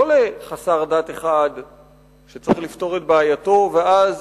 לא לחסר דת אחד שצריך לפתור את בעייתו ואז